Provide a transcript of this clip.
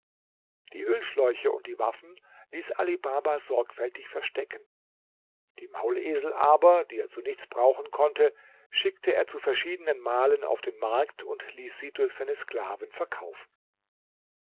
die ölschläuche und die waffen ließ ali baba sorgfältig verstecken die maulesel aber die er zu nichts brauchen konnte schickte er zu verschiedenen malen auf den markt und ließ sie durch seine sklaven verkaufen